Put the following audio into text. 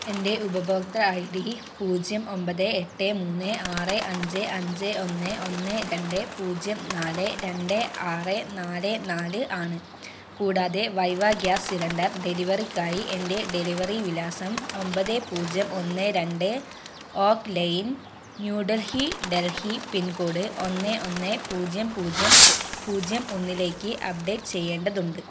എൻ്റെ ഉപഭോക്തൃ I D പൂജ്യം ഒൻപത് എട്ട് മൂന്ന് ആറ് അഞ്ച് അഞ്ച് ഒന്ന് ഒന്ന് രണ്ട് പൂജ്യം നാല് രണ്ട് ആറ് നാല് നാല് ആണ് കൂടാതെ വൈവ ഗ്യാസ് സിലിണ്ടർ ഡെലിവറിക്കായി എൻ്റെ ഡെലിവറി വിലാസം ഒൻപത് പൂജ്യം ഒന്ന് രണ്ട് ഓക്ക് ലെയ്ൻ ന്യൂഡഹി ഡൽഹി പിൻകോഡ് ഒന്ന് ഒന്ന് പൂജ്യം പൂജ്യം പൂ പൂജ്യം ഒന്നിലേക്ക് അപ്ഡേറ്റ് ചെയ്യേണ്ടതുണ്ട്